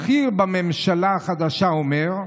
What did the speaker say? בכיר בממשלה החדשה אומר: